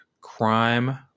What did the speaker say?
Crime